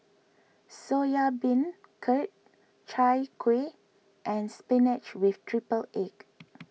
Soya Beancurd Chai Kuih and Spinach with Triple Egg